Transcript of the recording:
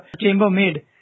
chambermaid